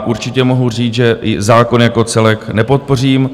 Určitě mohu říct, že i zákon jako celek nepodpořím.